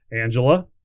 Angela